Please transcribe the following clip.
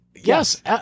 Yes